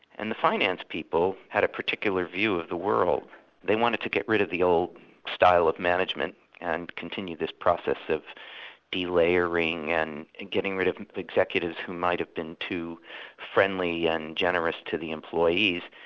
and the finance people had a particular view of the world they wanted to get rid of the old style of management and continue this process that's de-layering and and getting rid of executives who might have been too friendly and generous to the employees,